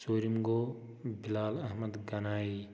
ژوٗرِم گوٚو بِلال احمد غنایی